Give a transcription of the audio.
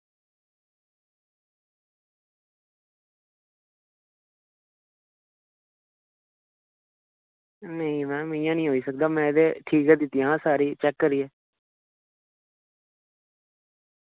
नेईं इंया निं होई सकदा में ठीक गै दित्तियां हियां